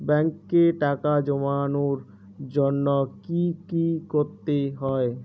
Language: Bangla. ব্যাংকে টাকা জমানোর জন্য কি কি করতে হয়?